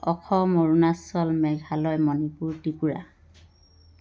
Assam Arunachal Meghalaya Manipur Tripura